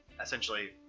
essentially